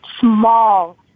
small